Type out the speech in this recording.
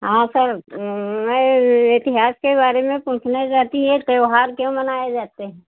हाँ सर मैं इतिहास के बारे में पूछना चाहती है त्योहार क्यों मनाए जाते हैं